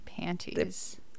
panties